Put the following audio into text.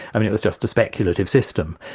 and it was just a speculative system.